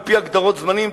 על-פי הגדרות זמנים,